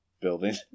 building